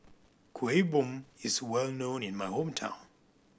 Kueh Bom is well known in my hometown